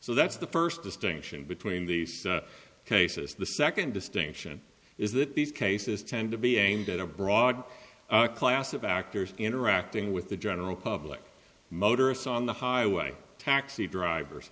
so that's the first distinction between these cases the second distinction is that these cases tend to be aimed at a broad class of actors interacting with the general public motorists on the highway taxi drivers